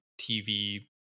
TV